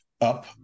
up